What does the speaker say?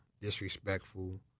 Disrespectful